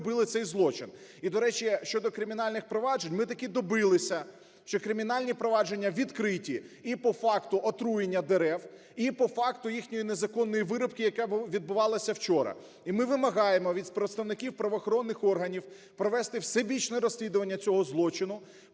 І ми вимагаємо від представників правоохоронних органів провести всебічне розслідування цього злочину,